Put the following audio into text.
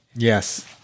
Yes